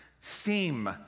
seem